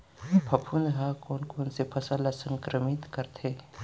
फफूंद ह कोन कोन से फसल ल संक्रमित करथे?